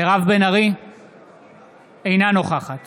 אינה נוכחת